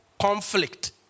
conflict